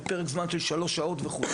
לפרק זמן של שלוש שעות וכו'